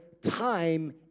time